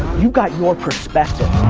you got your perspective.